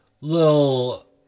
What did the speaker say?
little